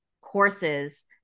courses